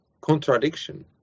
contradiction